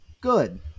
Good